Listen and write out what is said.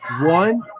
one